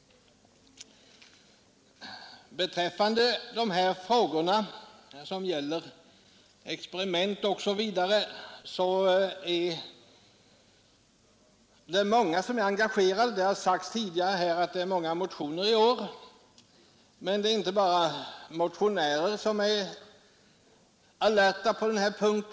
Beträffande de frågor som gäller experiment osv. är många människor engagerade. Det har tidigare här sagts att det föreligger många motioner i år. Men det är inte bara motionärer som är alerta på denna punkt.